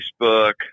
Facebook